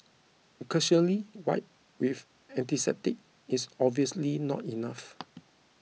a cursory wipe with antiseptic is obviously not enough